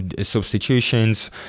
substitutions